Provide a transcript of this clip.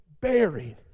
buried